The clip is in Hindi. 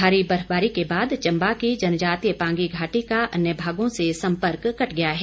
भारी बर्फबारी के बाद चंबा की जनजातीय पांगी घाटी का अन्य भागों से सम्पर्क कट गया है